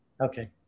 Okay